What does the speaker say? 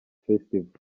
festival